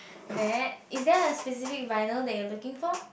that is there a specific vinyl you are looking for